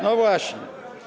No właśnie.